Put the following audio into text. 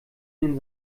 den